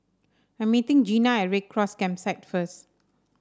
I'm meeting Gina at Red Cross Campsite first